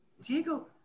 Diego